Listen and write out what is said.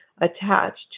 attached